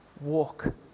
walk